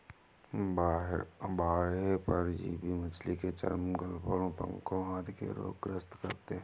बाह्य परजीवी मछली के चर्म, गलफडों, पंखों आदि के रोग ग्रस्त करते है